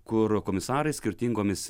kur komisarai skirtingomis